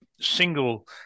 single